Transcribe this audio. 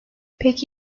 peki